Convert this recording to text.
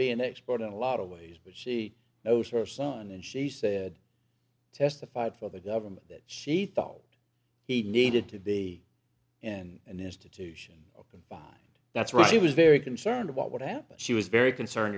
be an expert in a lot of ways but she knows her son and she said testified for the government that she thought he needed to be and an institution that's right she was very concerned about what happened she was very concerned